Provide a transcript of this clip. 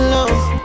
Love